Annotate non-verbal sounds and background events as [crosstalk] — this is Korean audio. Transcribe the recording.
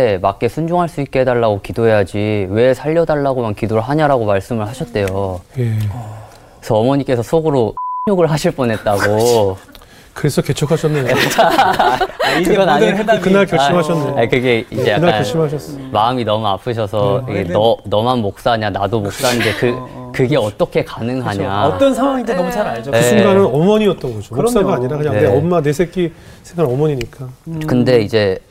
맞게 순종할 수 있게 해달라고 기도해야지 왜 살려달라고만 기도를 하냐라고 말씀을 하셨대요. 예. 그래서 어머니께서 속으로 욕을 하실 뻔했다고. [laughs] 그래서 개척하셨네요. [laughs] 아, 이- 그건- 그건- 아니, 아니, 그날 아, 결심하셨네요. 아니, 그게 이제 그날 약간 결심하셨어요. 마음이 너무 아프셔서 음, 이게 음, 너- 음. 너만 목사냐, 나도 목사인데 어, 그- 어, 그게 그렇죠. 어떻게 가능하냐. 그렇죠. 어떤 상황인지 네. 너무 잘 알죠. 그 네. 순간은 어머니였던 거죠. 그럼요. 목사가 아니라 그냥 내 네. 엄마, 내 새끼 생각하는 어머니니까. 음. 근데 그렇죠. 이제